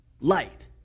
light